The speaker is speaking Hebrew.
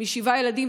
משבעה ילדים,